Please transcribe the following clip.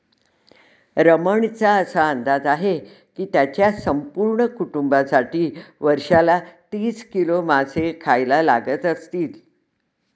रमणचा असा अंदाज आहे की त्याच्या संपूर्ण कुटुंबासाठी वर्षाला तीस किलो मासे खायला लागत असतील